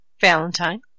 Valentine